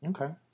Okay